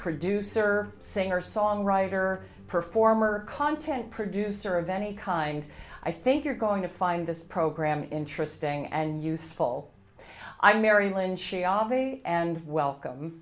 producer singer songwriter performer content producer of any kind i think you're going to find this program interesting and useful i mary